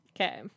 Okay